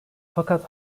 fakat